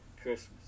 Christmas